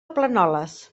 planoles